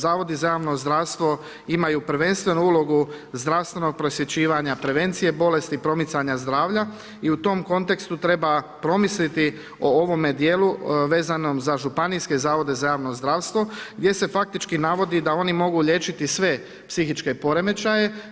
Zavodi za javno zdravstvo imaju prvenstveno ulogu zdravstvenog prosvjećivanja, prevencije bolesti, promicanja zdravlja i u tom kontekstu treba promisliti o ovome dijelu vezanom za županijske zavode za javno zdravstvo gdje se faktički navodi da oni mogu liječiti sve psihičke poremećaje.